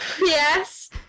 Yes